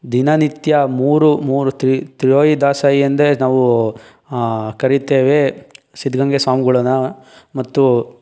ದಿನನಿತ್ಯ ಮೂರು ಮೂರು ತ್ರಿ ತ್ರಿವೊಯಿ ದಾಸೋಹಿ ಎಂದೇ ನಾವು ಕರೆಯುತ್ತೇವೆ ಸಿದ್ಧಗಂಗೆ ಸ್ವಾಮಿಗಳನ್ನ ಮತ್ತು